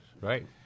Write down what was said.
right